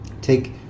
Take